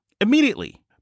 immediately